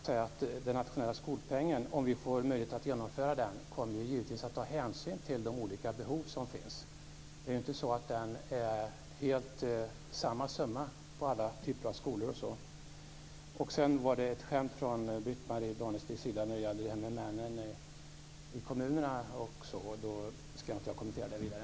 Fru talman! Om vi får möjlighet att genomföra den nationella skolpengen kommer vi givetvis att ta hänsyn till de olika behov som finns. Den är inte samma summa på alla typer av skolor. Det var tydligen ett skämt från Britt-Marie Danestig när det gällde männen i kommunerna, och då skall jag inte kommentera det vidare.